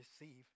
receive